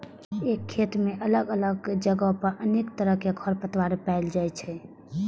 एके खेत मे अलग अलग जगह पर अनेक तरहक खरपतवार पाएल जाइ छै